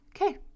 okay